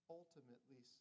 ultimately